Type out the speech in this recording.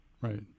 Right